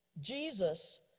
Jesus